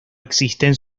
existe